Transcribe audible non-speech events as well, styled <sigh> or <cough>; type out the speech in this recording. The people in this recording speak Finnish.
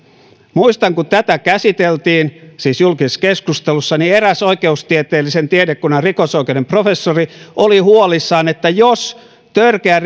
muistan kun tätä käsiteltiin julkisessa keskustelussa niin eräs oikeustieteellisen tiedekunnan rikosoikeuden professori oli huolissaan että jos törkeän <unintelligible>